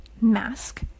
mask